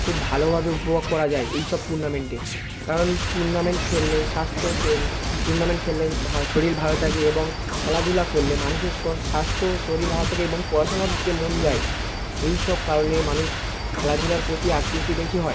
খুব ভালোভাবে উপভোগ করা যায় এই সব টুর্নামেন্টে কারণ টুর্নামেন্ট খেললে স্বাস্থ্য সুম টুর্নামেন্ট খেললে ভালো শরীর ভালো থাকে এবং খেলাধুলা করলে মানুষের সব স্বাস্ত্য ও শরীর ভালো থাকে এবং পড়াশোনার দিকে মন যায় এই সব কারণে মানুষ খেলাধুলার প্রতি আকৃষ্ট বেশি হয়